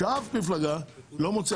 מה שאף מפלגה לא מוציאה.